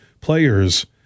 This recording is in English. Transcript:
players